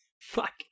fuck